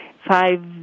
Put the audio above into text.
five